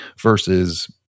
Versus